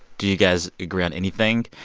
do you guys agree on anything?